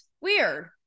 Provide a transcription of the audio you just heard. weird